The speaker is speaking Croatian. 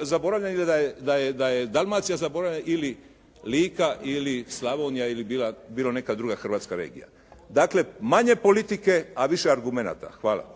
zaboravljena ili da je Dalmacija zaboravljena ili Lika ili Slavonija ili bilo neka druga hrvatska regija. Dakle, manje politike, a više argumenata. Hvala.